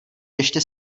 ještě